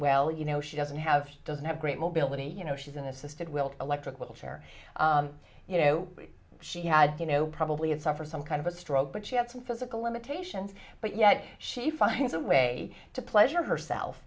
well you know she doesn't have doesn't have great mobility you know she's in assisted wilt electric wheelchair you know she had you know probably had suffered some kind of a stroke but she had some physical limitations but yet she finds a way to pleasure herself